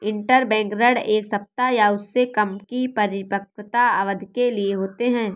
interbank ऋण एक सप्ताह या उससे कम की परिपक्वता अवधि के लिए होते हैं